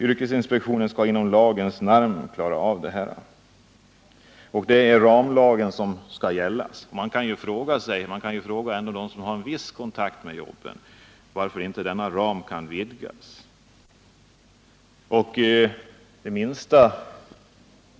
Yrkesinspektionen skall inom lagens ram klara av detta, och ramlagen skall gälla. Man kan ju fråga sig varför inte denna ram kan vidgas.